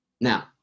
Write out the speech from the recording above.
Now